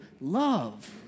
love